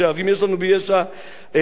ערבות-הירדן דוד אלחייני,